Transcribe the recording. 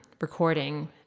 recording